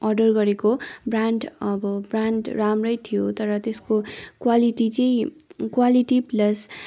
order गरेको brand अब brand राम्रै थियो तर त्यसको क्वालिटी चाहिँ क्वालिटी प्लस